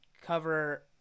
cover